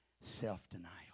self-denial